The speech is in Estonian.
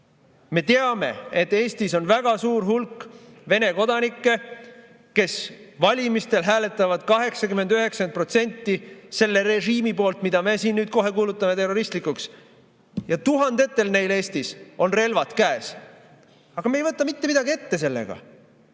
Me teame, et Eestis on väga suur hulk Venemaa kodanikke, kes valimistel hääletavad 80–90% selle režiimi poolt, mille me siin nüüd kohe kuulutame terroristlikuks. Tuhandetel neil Eestis on relvad käes. Aga me ei võta sellega mitte midagi ette.